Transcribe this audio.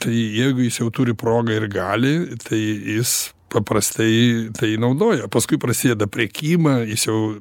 tai jeigu jis jau turi progą ir gali tai jis paprastai tai naudoja paskui prasideda prekyba jis jau